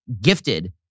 gifted